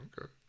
Okay